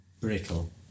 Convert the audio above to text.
brittle